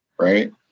right